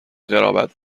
قرابت